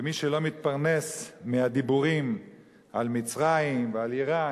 ומי שלא מתפרנסים מהדיבורים על מצרים ועל אירן,